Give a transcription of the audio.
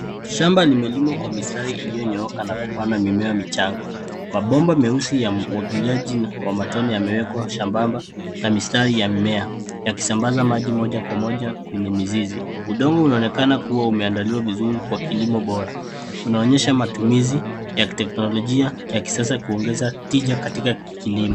Shamba limelimwa kwa mistari ilionyooka na kupanda mimea michanga. Mabomba meusi ya umwagiliaji wa matone yamewekwa sambamba, na mistari ya mimea yakisambaza maji moja kwa moja kwenye mizizi. Udongo unaonekana kuwa umeandaliwa vizuri kwa kilimo bora, unaonyesha matumizi ya kiteknolojia ya kisasa kuongeza tija katika kilimo.